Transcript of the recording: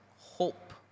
hope